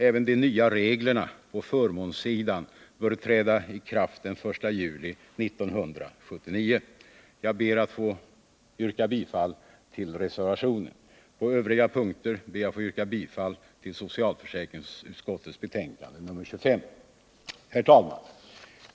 Även de nya reglerna på förmånssidan bör träda i kraft den 1 juli 1979. Jag ber därför att få yrka bifall till reservationen. På övriga punkter ber jag att få yrka bifall till socialförsäkringsutskottets hemställan i betänkandet nr 25. Herr talman!